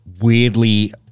weirdly